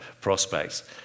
prospects